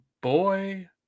Boy